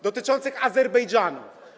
Dotyczących Azerbejdżanu.